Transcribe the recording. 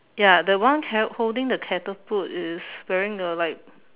ya the one carry holding the catapult is wearing a like